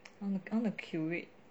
I want to curate